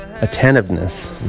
attentiveness